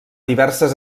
diverses